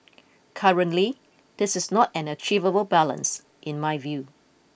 currently this is not an achievable balance in my view